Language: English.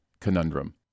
conundrum